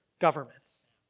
governments